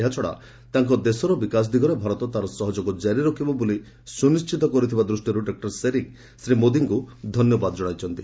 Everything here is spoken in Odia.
ଏହାଛଡ଼ା ତାଙ୍କ ଦେଶର ବିକାଶ ଦିଗରେ ଭାରତ ତାର ସହଯୋଗ ଜାରି ରଖିବ ବୋଲି ସୁନିଶ୍ଚିତ କରିଥିବା ଦୃଷ୍ଟିରୁ ଡକ୍କର ଶେରିଂ ଶ୍ରୀ ମୋଦିଙ୍କୁ ଧନ୍ୟବାଦ ଜଣାଇଛନ୍ତି